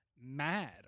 mad